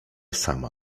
sama